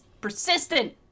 persistent